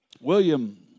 William